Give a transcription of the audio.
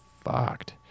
fucked